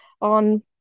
on